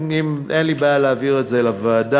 אין לי בעיה להעביר את זה לוועדה.